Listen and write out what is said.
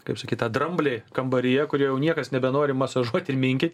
kaip sakyt tą dramblį kambaryje kurį jau niekas nebenori masažuot ir minkyt